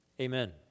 Amen